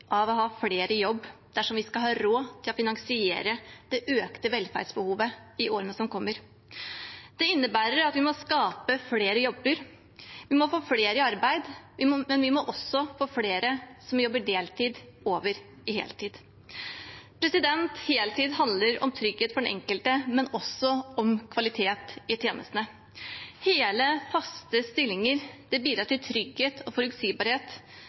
av å ha flere i jobb dersom vi skal ha råd til å finansiere det økte velferdsbehovet i årene som kommer. Det innebærer at vi må skape flere jobber, vi må få flere i arbeid, men vi må også få flere som jobber deltid, over i heltid. Heltid handler om trygghet for den enkelte, men også om kvalitet i tjenestene. Hele, faste stillinger bidrar til trygghet og forutsigbarhet